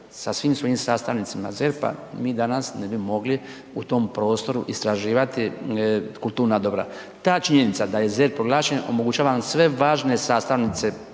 sa svim svojim sastavnicima ZERP-a, mi danas ne bi mogli u tom prostoru istraživati kulturna dobra. Ta činjenica da je ZERP proglašen, omogućava nam sve važne sastavnice